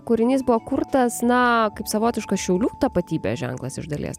kūrinys buvo kurtas na kaip savotiškas šiaulių tapatybės ženklas iš dalies